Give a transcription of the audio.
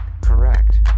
correct